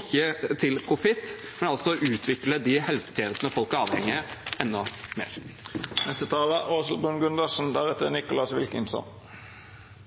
ikke til profitt, men altså utvikle de helsetjenestene folk er avhengig av, enda mer. Eldreomsorg er